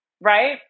right